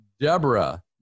Deborah